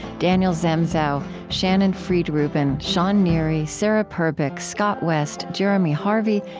daniel zamzow, shannon frid-rubin, shawn neary, sarah perbix, scott west, jeremy harvey,